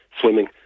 swimming